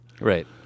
Right